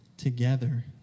together